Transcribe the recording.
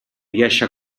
riesce